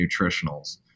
nutritionals